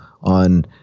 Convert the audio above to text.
on